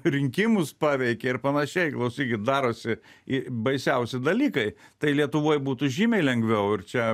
rinkimus paveikė ir panašiai klausykit darosi baisiausi dalykai tai lietuvoj būtų žymiai lengviau ir čia